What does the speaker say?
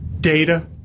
data